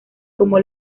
como